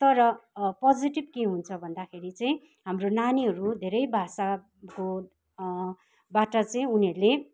तर पोजिटिभ के हुन्छ भन्दाखेरि चाहिँ हाम्रो नानीहरू धेरै भाषाको बाट चाहिँ उनीहरूले